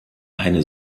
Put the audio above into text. eine